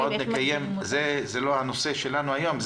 זה לא הנושא שלנו היום.